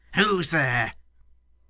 who's there